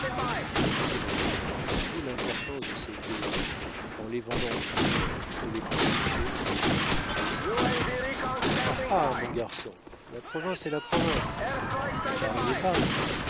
david reconnaîtrait bientôt l'importance de ces vieilleries en les vendant plus cher que les plus coûteuses nouveautés ha ha mon garçon la province est la province et paris est paris